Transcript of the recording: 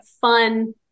fun